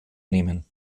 nehmen